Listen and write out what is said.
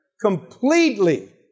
Completely